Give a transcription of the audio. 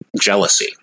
jealousy